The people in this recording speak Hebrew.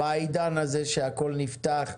בעידן הזה שהכול נפתח,